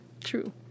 True